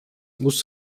muss